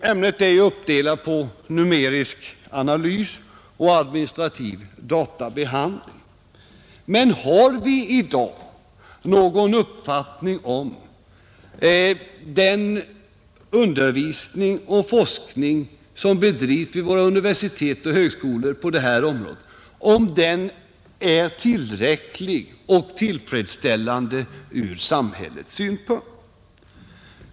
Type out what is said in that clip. Ämnet är uppdelat på numerisk analys och administrativ databehandling. Men har vi i dag någon uppfattning om huruvida den undervisning och forskning som bedrivs vid våra universitet och högskolor på detta område är tillräcklig och tillfredsställande ur samhällets synpunkt?